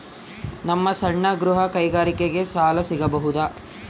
ನಮ್ಮ ಸಣ್ಣ ಗೃಹ ಕೈಗಾರಿಕೆಗೆ ಸಾಲ ಸಿಗಬಹುದಾ?